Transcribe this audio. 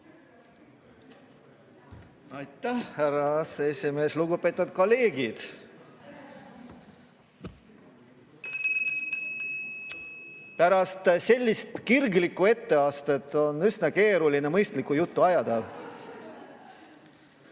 Aitäh, härra aseesimees! Lugupeetud kolleegid! Pärast sellist kirglikku etteastet on üsna keeruline mõistlikku juttu ajada.